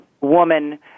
woman